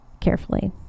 carefully